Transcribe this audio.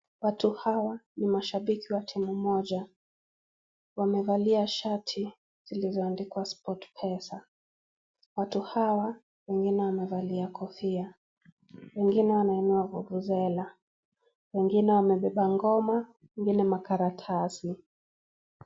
Watu hawa ni mashabiki wa timu moja. Wamevalia shati zisizoandikwa " Sportpesa ". Watu hawa, wengine wamevalia kofia, wengine wameinua vuvuzela, wengine wamebeba ngoma, wengine makaratasi.